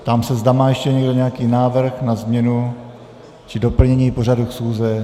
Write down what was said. Ptám se, zda má ještě někdo nějaký návrh na změnu či doplnění pořadu schůze.